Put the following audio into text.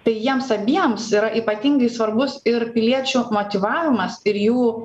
tai jiems abiems yra ypatingai svarbus ir piliečių motyvavimas ir jų